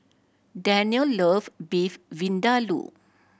Danielle love Beef Vindaloo